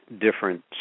different